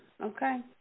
Okay